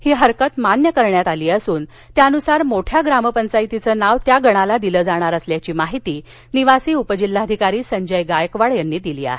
ही हरकत मान्य करण्यात आली असून त्यानुसार मोठ्या ग्रामपंचायतीचे नाव त्या गणास दिलं जाणार असल्याची माहिती निवासी उपजिल्हाधिकारी संजय गायकवाड यांनी दिली आहे